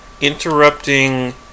interrupting